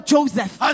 Joseph